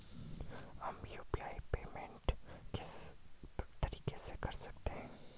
हम UPI payment किस तरीके से कर सकते हैं?